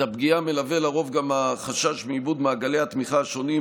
את הפגיעה מלווה לרוב גם החשש מאיבוד מעגלי התמיכה השונים,